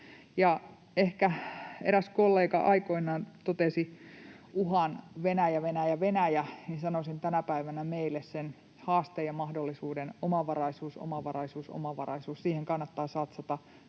Kun eräs kollega aikoinaan totesi uhan ”Venäjä, Venäjä, Venäjä”, niin sanoisin tänä päivänä meille sen haasteen ja mahdollisuuden olevan omavaraisuus, omavaraisuus, omavaraisuus. Siihen kannattaa satsata